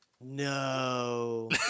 no